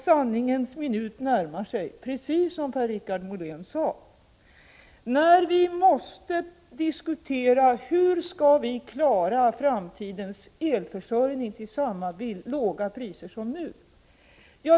Sanningens minut närmar sig, precis som Per-Richard Molén sade, när vi måste diskutera frågan hur vi skall klara framtidens elförsörjning till samma låga priser som nu.